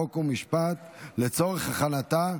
חוק ומשפט נתקבלה.